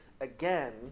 Again